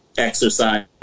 exercise